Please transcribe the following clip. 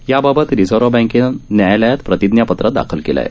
याबाबत रिझर्व्ह बँकेनं न्यायालयात प्रतिज्ञापत्र दाखल केलं आहे